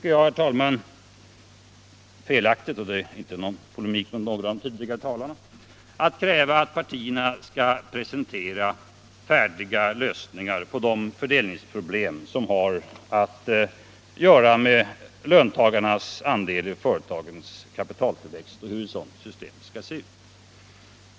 Det vore, herr talman, felaktigt — och det säger jag inte i polemik med någon av de tidigare talarna — att kräva att partierna skall presentera färdiga lösningar på de fördelningsproblem som har att göra med hur löntagarnas andel i företagens kapitaltillväxt skall se ut.